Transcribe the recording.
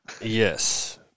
Yes